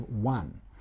one